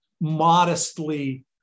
modestly